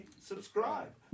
subscribe